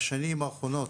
אני בשנים האחרונות